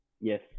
Yes